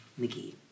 McGee